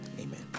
amen